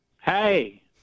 Hey